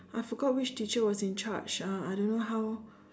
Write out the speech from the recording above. I forgot which teacher was in charge uh I don't know how